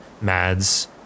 Mads